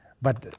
but